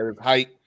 height